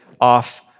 off